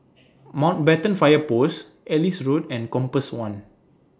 Mountbatten Fire Post Ellis Road and Compass one